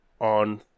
on